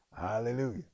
Hallelujah